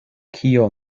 kio